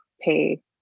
pay